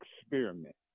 experiment